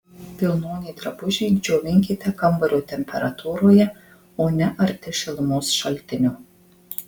vilnonį drabužį džiovinkite kambario temperatūroje o ne arti šilumos šaltinio